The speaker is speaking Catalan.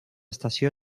estació